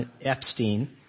Epstein